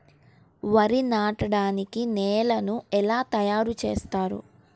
వరి నాటడానికి నేలను ఎలా తయారు చేస్తారు?